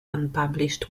unpublished